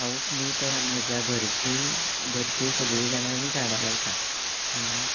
हांवूच न्ही तर म्हाज्या घरचीं घरचीं सगळीं जाणां हीं झाडां लायतात